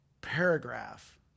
paragraph